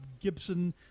gibson